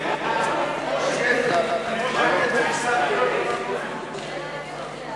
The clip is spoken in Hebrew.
ההצעה להעביר את הצעת חוק הבחירות לכנסת